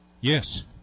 Yes